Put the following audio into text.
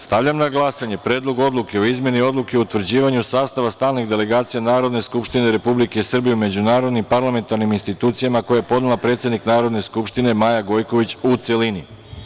Stavljam na glasanje Predlog odluke o izmeni Odluke o utvrđivanju sastava stalnih delegacija Narodne skupštine Republike Srbije u međunarodnim parlamentarnim institucijama, koji je podnela predsednik Narodne skupštine Maja Gojković, u celini.